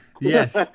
Yes